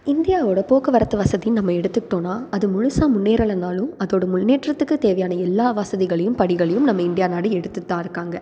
இந்தியாவோடய போக்குவரத்து வசதின்னு நம்ம எடுத்துக்கிட்டோம்னா அது முழுசாக முன்னேறலனாலும் அதோடய முன்னேற்றத்துக்கு தேவையான எல்லா வசதிகளையும் படிகளையும் நம்ம இந்தியா நாடு எடுத்துகிட்டு தான் இருக்காங்க